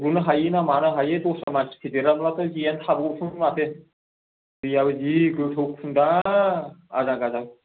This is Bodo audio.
थब्ल'नो हायो ना मानो हायो दस्रा मानसि फैदेराब्लाथ' जेयानो थाबोगौसोमोन माथो दैयाबो जि गोथौ खुन्दा आजां गाजां